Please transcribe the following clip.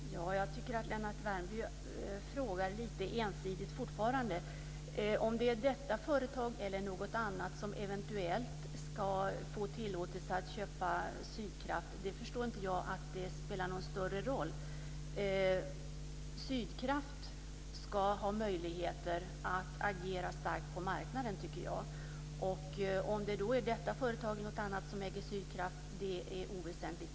Herr talman! Jag tycker att Lennart Värmby fortfarande frågar lite ensidigt. Jag förstår inte att det spelar någon större roll om det är detta företag eller något annat som eventuellt ska få tillåtelse att köpa Sydkraft ska ha möjligheter att agera starkt på marknaden, tycker jag. Om det då är detta företag eller något annat som äger Sydkraft är oväsentligt.